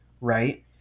Right